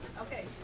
Okay